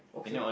okay